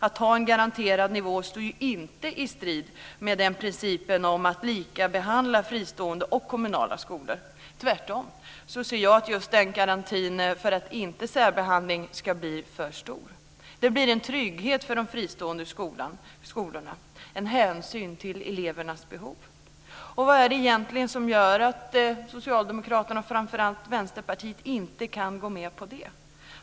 Att ha en garanterad nivå står ju inte i strid med principen om att likabehandla fristående och kommunala skolor. Tvärtom ser jag det som en garanti för att inte särbehandlingen ska bli för stor. Det blir en trygghet för de fristående skolorna, en hänsyn till elevernas behov. Vad är det egentligen som gör att framför allt Socialdemokraterna och Vänsterpartiet inte kan gå med på det?